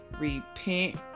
repent